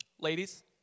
ladies